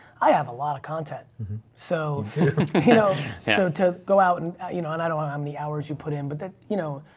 i have a lot of content so you know, so to go out and you know, and i don't know how many hours you put in, but you know,